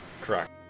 Correct